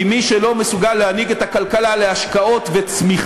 כי מי שלא מסוגל להנהיג את הכלכלה להשקעות וצמיחה,